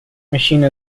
machine